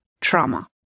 trauma